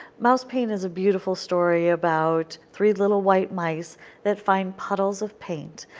mouse paint is a beautiful story about three little white mice that find puddles of paint.